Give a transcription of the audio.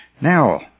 Now